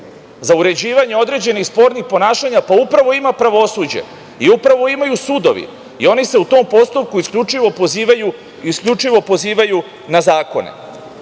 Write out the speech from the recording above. za uređivanje određenih spornih ponašanja, pa upravo ima pravosuđe, i upravo imaju sudovi i oni se u tom postupku isključivo pozivaju na zakone.